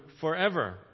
forever